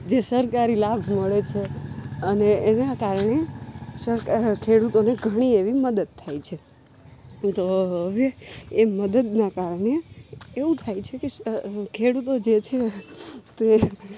જે સરકારી લાભ મળે છે અને એનાં કારણે ખેડૂતોને ઘણી એવી મદદ થાય છે તો હવે એ મદદનાં કારણે એવું થાય છે કે ખેડૂતો જે છે તે